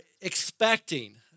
expecting